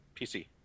PC